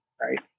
right